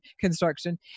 construction